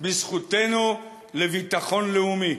בזכותנו לביטחון לאומי.